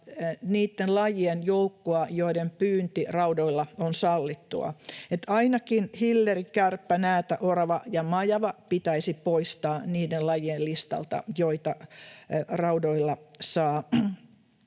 niitten lajien joukkoa, joiden pyynti raudoilla on sallittua, niin että ainakin hilleri, kärppä, näätä, orava ja majava pitäisi poistaa niiden lajien listalta, joita raudoilla saa